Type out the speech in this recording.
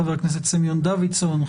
חבר הכנסת סימון דוידסון,